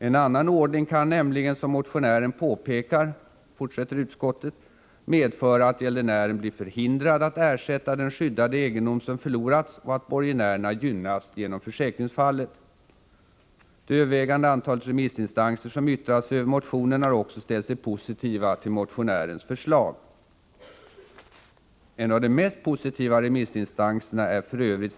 En annan ordning kan nämligen som motionären påpekar”, fortsätter utskottet, ”medföra att gäldenären blir förhindrad att ersätta den skyddade egendom som förlorats och att borgenärerna gynnas genom försäkringsfallet. Det övervägande antalet remissinstanser som yttrat sig över motionen har också ställt sig positiva till motionärens förslag.” En av de mest positiva remissinstanserna är f.ö.